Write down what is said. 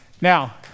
Now